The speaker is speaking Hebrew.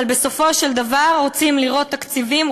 אבל בסופו של דבר רוצים לראות תקציבים,